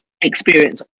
experience